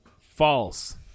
false